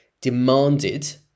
demanded